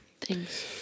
Thanks